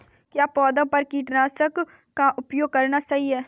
क्या पौधों पर कीटनाशक का उपयोग करना सही है?